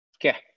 Okay